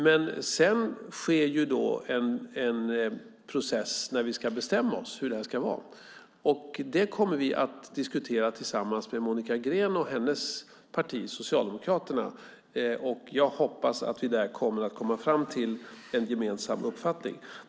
Men sedan sker det en process när vi ska bestämma hur det ska vara. Det kommer vi att diskutera tillsammans med Monica Green och hennes parti, Socialdemokraterna, och jag hoppas att vi där kommer att komma fram till en gemensam uppfattning.